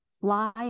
fly